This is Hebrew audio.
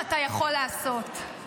אתה מוכן לתקוף את כולם -- משפט לסיום.